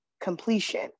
completion